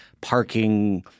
parking